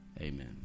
Amen